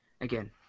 again